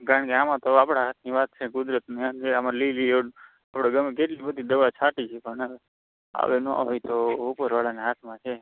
કારણ કે આમાં તો આપણા હાથની વાત છે કુદરતની મહેર એટલે આમાં લીલી ઇયળની આપણે ગમે કેટલી બધી દવા છાંટીએ છીએ પણ આવે ન આવે એ તો ઉપરવાળાના હાથમાં છે